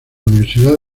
universidad